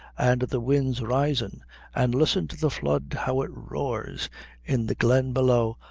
and the wind's risin' and listen to the flood, how it roars in the glen below,